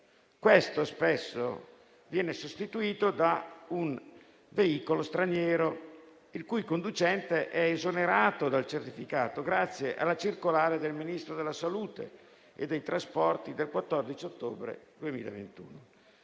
e spesso viene sostituito da un veicolo straniero, il cui conducente è esonerato dal certificato grazie alla circolare dei Ministri della salute e delle infrastrutture e